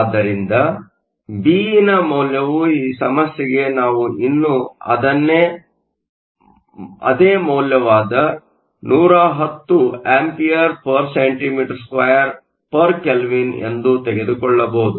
ಆದ್ದರಿಂದ Be ನ ಮೌಲ್ಯವು ಈ ಸಮಸ್ಯೆಗೆ ನಾವು ಇನ್ನೂ ಅದೇ ಮೌಲ್ಯವಾದ 110 A cm 2 K 1 ಎಂದು ತೆಗೆದುಕೊಳ್ಳಬಹುದು